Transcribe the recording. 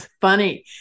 funny